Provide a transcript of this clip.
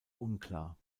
unklar